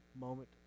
moment